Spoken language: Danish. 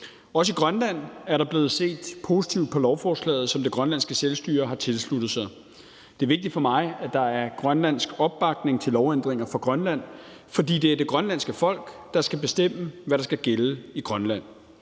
Også i Grønland er der blevet set positivt på lovforslaget, som det grønlandske selvstyre har tilsluttet sig. Det er vigtigt for mig, at der er grønlandsk opbakning til lovændringer for Grønland, for det er det grønlandske folk, der skal bestemme, hvad der skal gælde i Grønland.